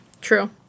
True